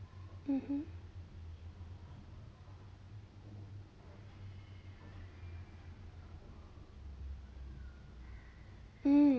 mmhmm mm